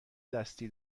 دستی